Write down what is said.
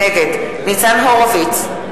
נגד ניצן הורוביץ,